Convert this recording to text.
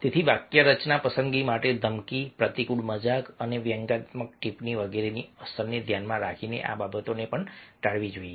તેથી વાક્યરચના પસંદગી માટે ધમકી પ્રતિકૂળ મજાક અને વ્યંગાત્મક ટીપ્પણી વગેરેની અસરને ધ્યાનમાં રાખીને આ બાબતોને પણ ટાળવી જોઈએ